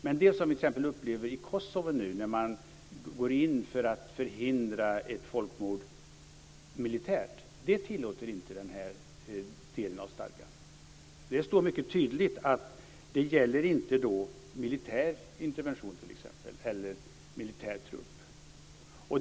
Men det som vi nu t.ex. upplever i Kosovo, där man går in för att förhindra ett folkmord militärt, det tillåter inte den här delen av stadgan. Det står mycket tydligt att det inte gäller t.ex. militär intervention eller militär trupp.